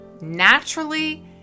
naturally